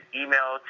email